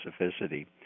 specificity